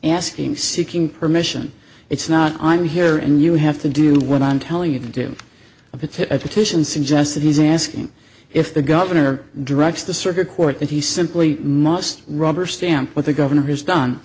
asking seeking permission it's not i'm here and you have to do what i'm telling you to do a petition petition suggested he's asking if the governor directs the circuit court that he simply must rubber stamp what the governor has done